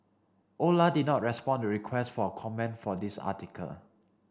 Ola did not respond to requests for comment for this article